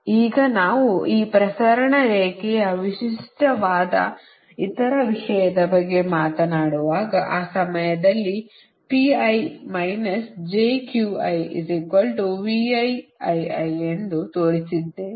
ಈಗ ನಾವು ಆ ಪ್ರಸರಣ ರೇಖೆಯ ವಿಶಿಷ್ಟವಾದ ಇತರ ವಿಷಯದ ಬಗ್ಗೆ ಮಾತನಾಡುವಾಗ ಆ ಸಮಯದಲ್ಲಿ ಅದನ್ನು ತೋರಿಸಿದ್ದೇನೆ